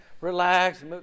Relax